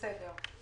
בסדר.